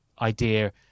idea